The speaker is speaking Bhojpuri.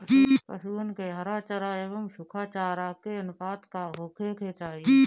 पशुअन के हरा चरा एंव सुखा चारा के अनुपात का होखे के चाही?